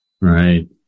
right